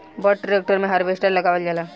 बड़ ट्रेक्टर मे हार्वेस्टर लगावल जाला